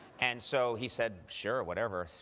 and so, he said, sure, whatever.